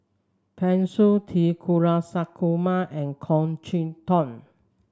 Pan Shou T Kulasekaram and Goh Chok Tong